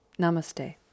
Namaste